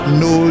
no